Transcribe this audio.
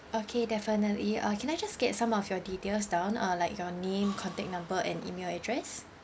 okay definitely uh can I just get some of your details down uh like your name contact number and email address